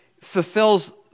fulfills